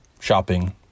shopping